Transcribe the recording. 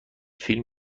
فیلم